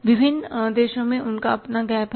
विभिन्न देशों में उनका अपना GAAP है